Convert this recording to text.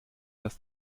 das